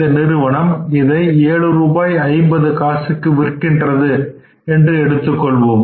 இந்த நிறுவனம் இதை 7 ரூபாய் 50 காசுக்கு விற்கிறது என்று எடுத்துக் கொள்வோம்